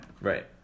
Right